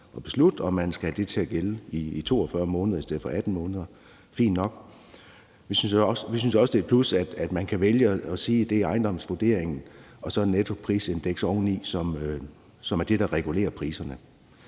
at beslutte, om man skal have det til at gælde i 42 måneder i stedet for 18 måneder. Det er fint nok. Vi synes også, det er et plus, at man kan vælge at sige, at det er ejendomsvurderingen og så nettoprisindekset oveni, som er det, der regulerer priserne.